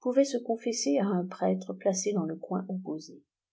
pouvait se confesser à un prêtre placé dans le coin opposé